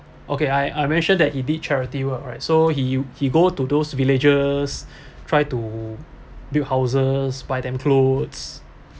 okay I I mention that he did charity work right so he he go to those villagers try to build houses buy them clothes